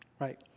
right